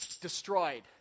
destroyed